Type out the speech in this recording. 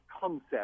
concept